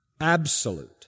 Absolute